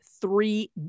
three